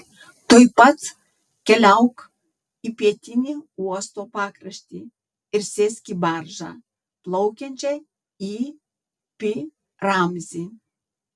tuoj pat keliauk į pietinį uosto pakraštį ir sėsk į baržą plaukiančią į pi ramzį